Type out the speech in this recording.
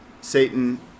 Satan